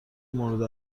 مورد